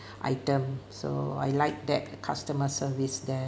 item so I like that customer service there